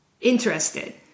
interested